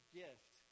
gift